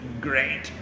great